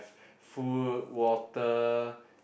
food water